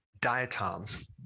diatoms